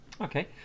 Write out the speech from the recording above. okay